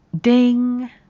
ding